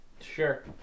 sure